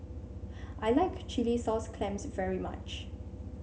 I like Chilli Sauce Clams very much